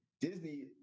Disney